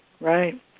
right